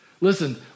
Listen